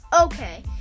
Okay